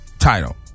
title